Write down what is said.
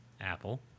Apple